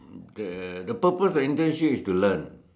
the the purpose of internship is to learn